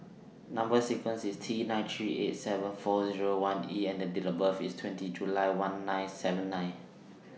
Number sequence IS T nine three eight seven four Zero one E and Date of birth IS twenty July one nine seven nine